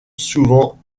souvent